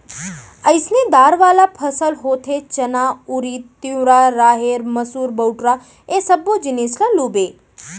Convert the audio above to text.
अइसने दार वाला फसल होथे चना, उरिद, तिंवरा, राहेर, मसूर, बटूरा ए सब्बो जिनिस ल लूबे